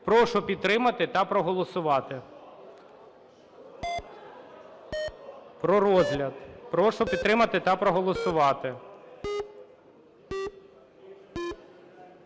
Прошу підтримати та проголосувати.